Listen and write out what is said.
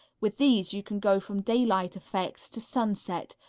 with these you can go from daylight effects to sunset,